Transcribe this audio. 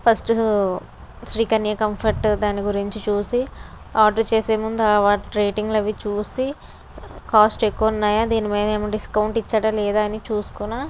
first Sri Kanya comfort దాని గురించి చూసి ఆర్డర్ చేసే ముందు ఆ వాటి రేటింగ్లు అవి చూసి కాస్ట్ ఎక్కువ ఉన్నాయా దీని మీద ఏమైనా డిస్కౌంట్ ఇచ్చాడా లేదా అని చూసుకున్న